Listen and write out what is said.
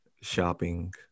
shopping